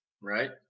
Right